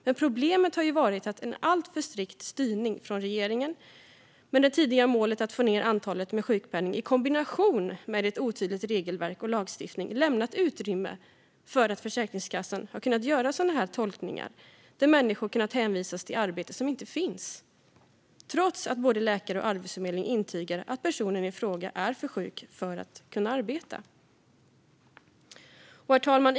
Men problemet har varit att en alltför strikt styrning från regeringen med målet att få ned antalet personer med sjukpenning, i kombination med ett otydligt regelverk och en otydlig lagstiftning, lämnat utrymme för Försäkringskassan att göra sådana tolkningar där människor har kunnat hänvisas till arbete som inte finns, trots att både läkare och Arbetsförmedlingen intygat att dessa personer är för sjuka för att kunna arbeta. Herr talman!